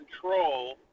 control